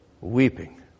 weeping